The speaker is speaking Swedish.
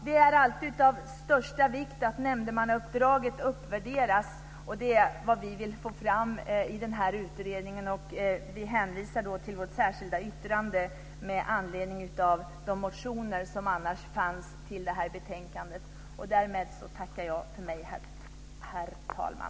Det är alltså av största vikt att nämndemannauppdraget uppvärderas. Det är det vi vill få fram i den här utredningen. Vi hänvisar till vårt särskilda yttrande med anledning av de motioner som fanns till det här betänkandet. Därmed tackar jag för mig, herr talman.